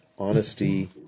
honesty